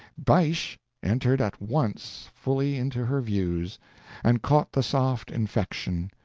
bysshe entered at once fully into her views and caught the soft infection,